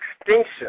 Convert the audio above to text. extinction